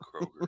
Kroger